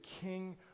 King